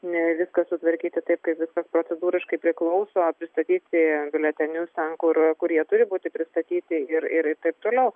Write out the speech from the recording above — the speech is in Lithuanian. ne viską sutvarkyti taip kad viskas procedūriškai priklauso pristatyti biuletenius ten kur kurie turi būti pristatyti ir ir taip toliau